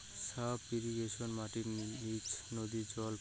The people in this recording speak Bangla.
সাব ইর্রিগেশনে মাটির নিচ নদী জল পৌঁছানো হই